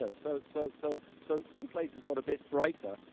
so so so so so some places got a bit brighter,